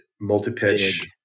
multi-pitch